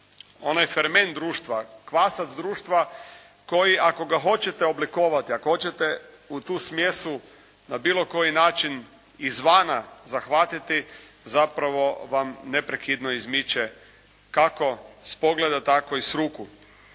ono je ferment društva, kvasac društva koji ako ga hoćete oblikovati, ako hoćete u tu smjesu na bilo koji način izvana zahvatiti zapravo vam neprekidno izmiče kako s pogleda tako i s ruku.